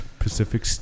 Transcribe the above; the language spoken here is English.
Pacific